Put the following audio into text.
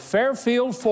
Fairfield